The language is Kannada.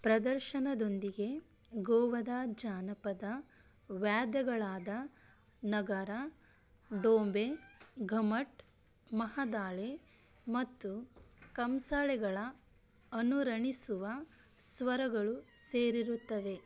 ಪ್ರದರ್ಶನದೊಂದಿಗೆ ಗೋವಾದ ಜಾನಪದ ವ್ಯಾದ್ಯಗಳಾದ ನಗಾರಾ ಡೋಂಬೆ ಘುಮಟ್ ಮಾಹ್ದಳೆ ಮತ್ತು ಕಂಸಾಳೆಗಳ ಅನುರಣಿಸುವ ಸ್ವರಗಳೂ ಸೇರಿರುತ್ತವೆ